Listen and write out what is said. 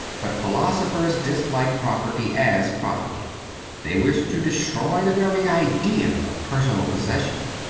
but philosophers dislike property as property they wish to destroy the very idea of personal possession.